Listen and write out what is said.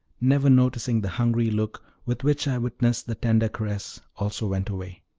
never noticing the hungry look with which i witnessed the tender caress, also went away.